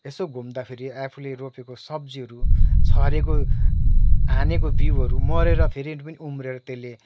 यसो घुम्दाखेरि आफूले रोपेको सब्जीहरू छरेको हानेको बिउहरू मरेर फेरि पनि उम्रिएर त्यसले